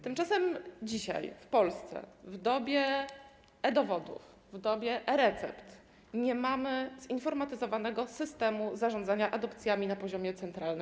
Tymczasem dzisiaj w Polsce, w dobie e-dowodów, w dobie e-recept, nie mamy zinformatyzowanego systemu zarządzania adopcjami na poziomie centralnym.